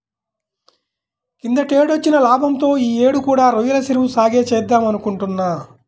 కిందటేడొచ్చిన లాభంతో యీ యేడు కూడా రొయ్యల చెరువు సాగే చేద్దామనుకుంటున్నా